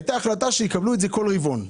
הייתה החלטה שיקבלו את זה בכל רבעון.